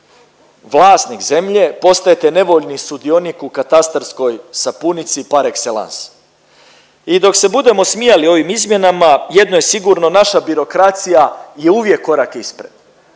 vlasnik zemlje postajete nevoljni sudionik u katastarskoj sapunici par excellence. I dok se budemo smijali ovim izmjenama, jedno je sigurno, naša birokracija je uvijek korak ispred.